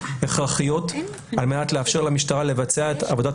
הכרחיות על מנת לאפשר למשטרה לבצע את עבודת